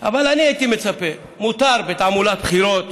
אבל אני הייתי מצפה, מותר בתעמולת הבחירות